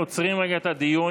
אנחנו עוצרים רגע את הדיון.